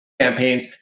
campaigns